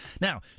Now